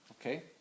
Okay